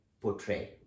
portray